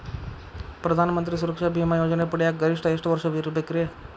ಪ್ರಧಾನ ಮಂತ್ರಿ ಸುರಕ್ಷಾ ಭೇಮಾ ಯೋಜನೆ ಪಡಿಯಾಕ್ ಗರಿಷ್ಠ ಎಷ್ಟ ವರ್ಷ ಇರ್ಬೇಕ್ರಿ?